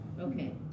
Okay